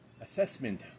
assessment